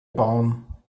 bauen